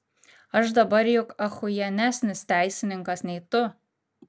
aš dabar juk achujienesnis teisininkas nei tu